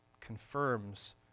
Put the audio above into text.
confirms